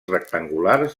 rectangulars